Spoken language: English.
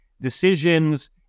decisions